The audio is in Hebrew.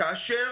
כאשר